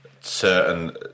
certain